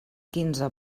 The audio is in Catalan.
quinze